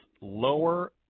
lower